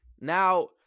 Now